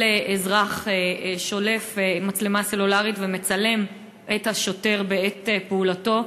כל אזרח שולף מצלמה סלולרית ומצלם את השוטר בעת פעולתו,